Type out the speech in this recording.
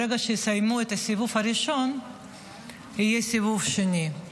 ברגע שיסיימו את הסיבוב ראשון יהיה סיבוב שני.